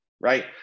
Right